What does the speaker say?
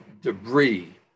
debris